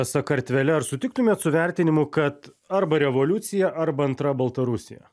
sakartvele ar sutiktumėt su vertinimu kad arba revoliucija arba antra baltarusija